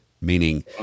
meaning